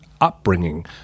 upbringing